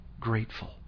grateful